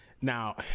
now